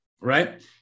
Right